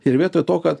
ir vietoj to kad